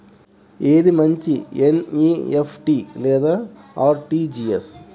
ఏది మంచి ఎన్.ఈ.ఎఫ్.టీ లేదా అర్.టీ.జీ.ఎస్?